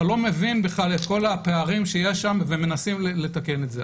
אתה לא מבין בכלל את כל הפערים שיש שם ומנסים לתקן את זה.